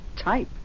type